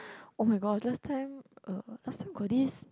[oh]-my-god last time uh last time got this